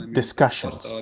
discussions